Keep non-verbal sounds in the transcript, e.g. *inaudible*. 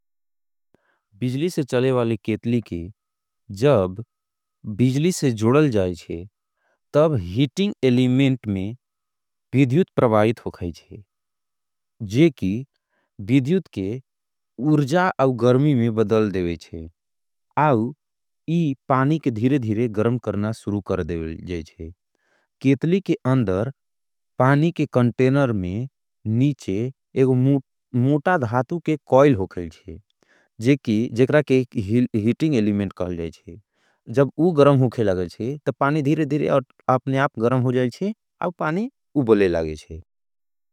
बिजली से चले वाले केतली के जब बिजली से जोडल जायेंचे, तब हीटिंग एलिमेंट में विध्यूत प्रवाहित होगायेंचे, जेकि विध्यूत के उर्जा अवगर्मी में बदल देवेंचे। आउ इ पानी के धिरे धिरे गरम करना शुरू कर देवेंचे। केतली के अंदर पानी के कंटेनर में नीचे एक *hesitation* मूता धातू के कॉयल होगायेंचे। *hesitation* जेकि, जेकरा के हीटिंग एलिमेंट कहल जायेंचे। जब उगर्म होगे लागेंचे, तब पानी धिरे धिरे आपने गरम हो जायेंचे, अब पानी उबले लागेंचे।